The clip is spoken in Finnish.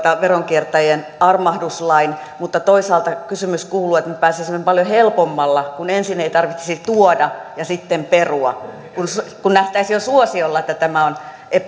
veronkiertäjien armahduslain mutta toisaalta me pääsisimme paljon helpommalla kun ensin ei tarvitsisi tuoda ja sitten perua kun kun nähtäisiin jo suosiolla että tämä on